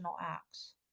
acts